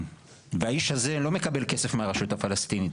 והאיש הזה לא מקבל כסף מהרשות הפלסטינית,